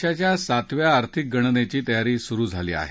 देशाच्या सातव्या आर्थिक गणनेची तयारी सुरु झाली आहे